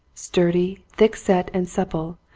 sturdy, thickset and supple,